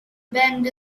bend